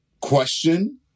question